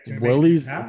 Willie's